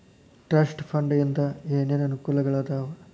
trust fund ಇಂದ ಏನೇನ್ ಅನುಕೂಲಗಳಾದವ